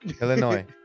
Illinois